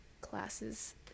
classes